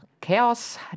chaos